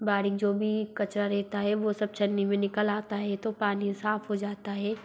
बारीक जो भी कचरा रहता है वो सब छन्नी में निकल आता है तो पानी साफ़ हो जाता हे